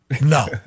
No